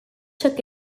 took